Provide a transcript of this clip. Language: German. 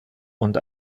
und